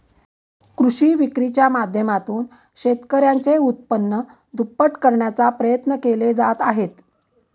कृषी विक्रीच्या माध्यमातून शेतकऱ्यांचे उत्पन्न दुप्पट करण्याचा प्रयत्न केले जात आहेत